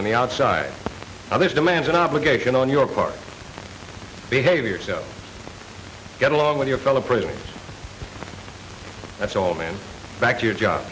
on the outside other demands an obligation on your part behaviors get along with your fellow prisoners that's all been back to your job